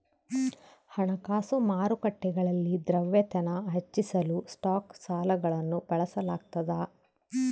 ಹಣಕಾಸು ಮಾರುಕಟ್ಟೆಗಳಲ್ಲಿ ದ್ರವ್ಯತೆನ ಹೆಚ್ಚಿಸಲು ಸ್ಟಾಕ್ ಸಾಲಗಳನ್ನು ಬಳಸಲಾಗ್ತದ